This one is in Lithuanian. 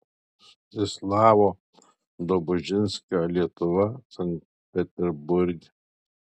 mstislavo dobužinskio lietuva sankt peterburge